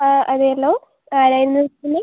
അതേല്ലോ ആരായിരുന്നു പനി